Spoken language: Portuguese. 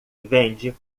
vende